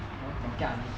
你要早嫁人